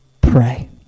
Pray